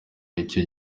icyo